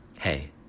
hey